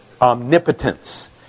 Omnipotence